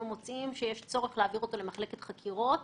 מוצאים שיש צורך להעביר אותו למחלקת חקירות